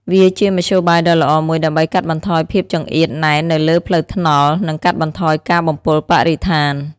វាជាមធ្យោបាយដ៏ល្អមួយដើម្បីកាត់បន្ថយភាពចង្អៀតណែននៅលើផ្លូវថ្នល់ និងកាត់បន្ថយការបំពុលបរិស្ថាន។